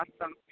awesome